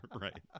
Right